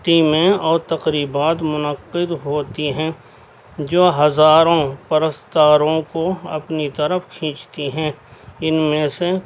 ٹیمیں اور تقریبات منعقد ہوتی ہیں جو ہزاروں پرستاروں کو اپنی طرف کھینچتی ہیں ان میں سے